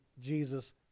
Jesus